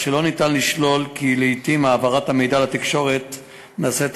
כך שאי-אפשר לשלול שלעתים העברת המידע לתקשורת נעשית